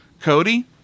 Cody